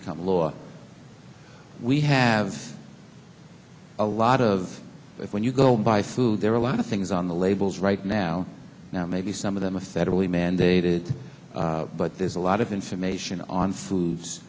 become law we have a lot of it when you go buy food there are a lot of things on the labels right now now maybe some of them a federally mandated but there's a lot of information on foods